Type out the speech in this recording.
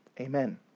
Amen